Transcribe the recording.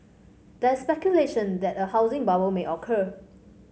there is speculation that a housing bubble may occur